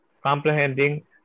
Comprehending